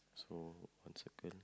so once again